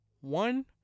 One